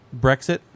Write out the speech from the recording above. Brexit